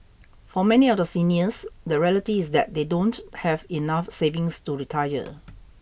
for many of the seniors the reality is that they don't have enough savings to retire